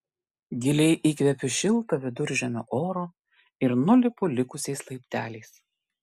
giliai įkvepiu šilto viduržemio oro ir nulipu likusiais laipteliais